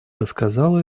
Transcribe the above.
рассказала